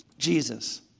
Jesus